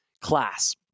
class